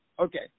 Okay